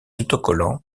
autocollants